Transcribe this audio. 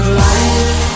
life